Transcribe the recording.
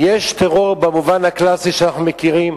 יש טרור במובן הקלאסי שאנחנו מכירים,